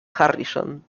harrison